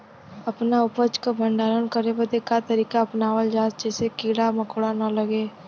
अपना उपज क भंडारन करे बदे का तरीका अपनावल जा जेसे कीड़ा मकोड़ा न लगें?